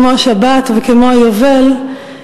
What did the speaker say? כמו שבת וכמו היובל,